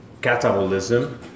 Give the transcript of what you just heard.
Catabolism